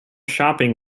shopping